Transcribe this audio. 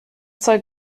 zeug